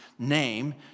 Name